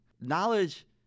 Knowledge